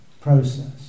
process